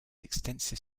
extensive